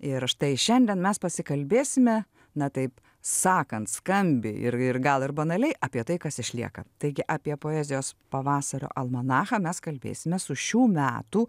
ir štai šiandien mes pasikalbėsime na tai sakant skambiai ir ir gal ir banaliai apie tai kas išlieka taigi apie poezijos pavasario almanachą mes kalbėsime su šių metų